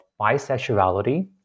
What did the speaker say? bisexuality